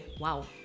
wow